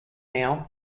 now